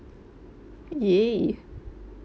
yeah